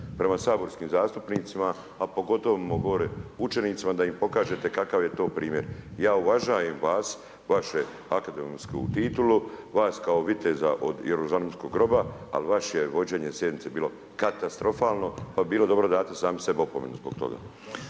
prema saborskim zastupnicima, a pogotovo gore učenicima, da im pokažete kakav je to primjer. Ja uvažujem vas, kao akademsku titulu, vas kao viteza od Jeruzalemskog groba, ali vaše je vođenje sjednice bilo katastrofalno, pa bi bilo dobro da date sami sebi opomenu zbog toga.